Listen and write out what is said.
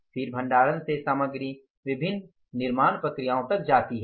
फिर भंडारण से सामग्री विभिन्न निर्माण प्रक्रियाओं तक जाती है